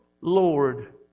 Lord